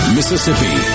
Mississippi